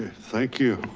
thank you.